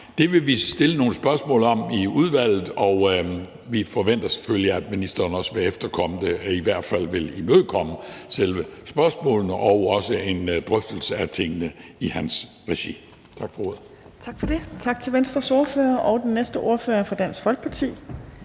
Det vil vi stille nogle spørgsmål om i udvalget, og vi forventer selvfølgelig, at ministeren også vil efterkomme det eller i hvert fald vil imødekomme selve spørgsmålene og også en drøftelse af tingene i hans regi. Tak for ordet. Kl. 15:27 Tredje næstformand (Trine Torp): Tak til Venstres ordfører. Og den næste ordfører er fra Dansk Folkeparti.